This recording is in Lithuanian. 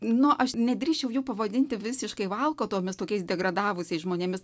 nu aš nedrįsčiau jų pavadinti visiškai valkatomis tokiais degradavusiais žmonėmis